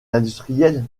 industriel